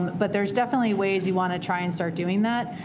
but there's definitely ways you want to try and start doing that.